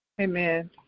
Amen